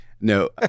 No